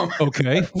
Okay